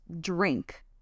drink